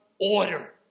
order